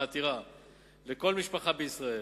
לכל משפחה בישראל.